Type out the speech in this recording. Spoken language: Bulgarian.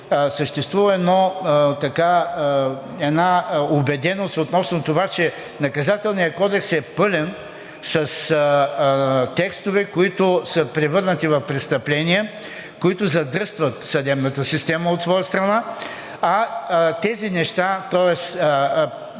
съществува една убеденост относно това, че Наказателният кодекс е пълен с текстове, които са превърнати в престъпление, които задръстват съдебната система от своя страна, а вдигаме